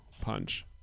punch